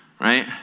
right